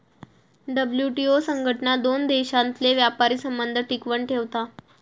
WTO संघटना दोन देशांतले व्यापारी संबंध टिकवन ठेवता